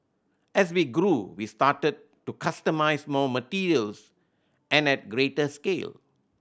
as we grew we started to customise more materials and at greater scale